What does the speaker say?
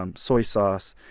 um soy sauce.